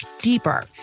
deeper